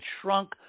shrunk